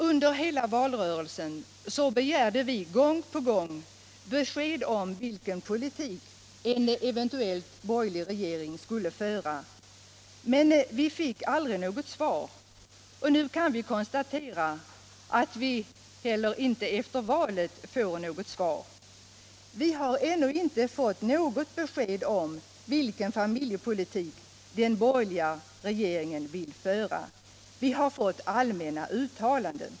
Under hela valrörelsen begärde vi gång på gång besked om vilken politik en eventuell borgerlig regering skulle föra, men vi fick aldrig något svar. Nu kan vi konstatera att vi inte heller efter valet får något svar. Vi har ännu inte fått något besked om vilken familjepolitik den borgerliga regeringen vill föra. Vi har fått allmänna uttalanden.